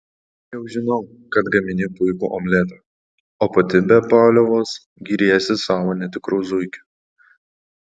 jau žinau kad gamini puikų omletą o pati be paliovos giriesi savo netikru zuikiu